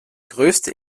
größte